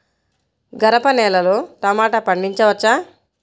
గరపనేలలో టమాటా పండించవచ్చా?